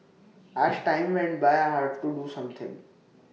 as time went by I had to do something